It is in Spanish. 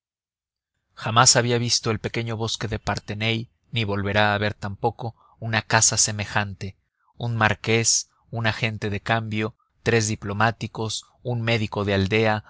jamás había visto el pequeño bosque de parthenay ni volverá a ver tampoco una caza semejante un marqués un agente de cambio tres diplomáticos un médico de aldea